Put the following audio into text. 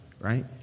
right